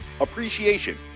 Appreciation